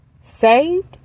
saved